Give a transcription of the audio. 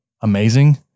amazing